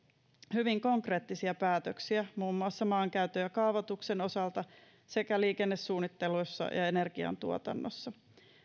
hyvin konkreettisia päätöksiä muun muassa maankäytön ja kaavoituksen osalta sekä liikennesuunnittelussa ja energiantuotannossa